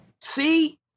See